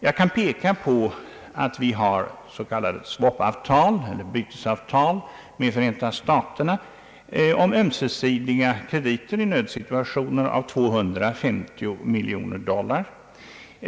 Jag kan peka på att vi har s.k. swapavtal, eller bytesavtal, med Förenta staterna om ömsesidiga krediter av 250 miljoner dollar i nödsituationer.